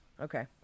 Okay